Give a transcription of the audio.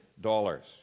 dollars